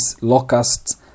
locusts